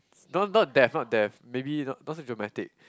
no not deaf not deaf maybe not not so dramatic